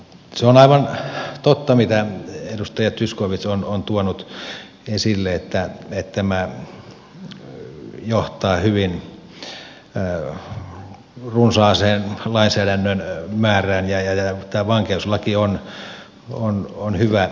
se on aivan totta mitä edustaja zyskowicz on tuonut esille että tämä johtaa hyvin runsaaseen lainsäädännön määrään ja tämä vankeuslaki on hyvä esimerkki siitä